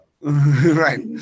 Right